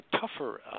tougher